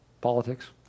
politics